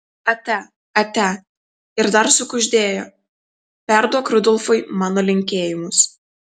atia atia ir dar sukuždėjo perduok rudolfui mano linkėjimus